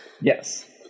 Yes